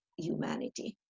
humanity